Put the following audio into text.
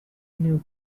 new